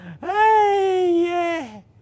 Hey